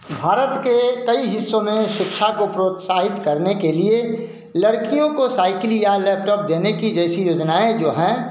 भारत के कई हिस्सों में शिक्षा को प्रोत्साहित करने के लिए लड़कियों को साइकिल या लैपटॉप देने की जैसी योजनाएँ जो हैं